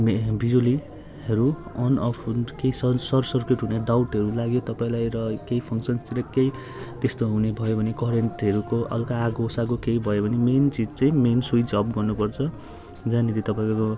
मे बिजुलीहरू on off केही सर सर्ट सर्किट हुने डाउटहरू लाग्यो तपाईँलाई र केही फङ्सनतिरै केही त्यस्तो हुने भयो भने करेन्टहरूको हल्का आगोसागो केही भयो भने मेन चिज चाहिँ मेन स्विच अफ गर्नुपर्छ जहाँनिर तपाईँको यो